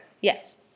Yes